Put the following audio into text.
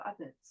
others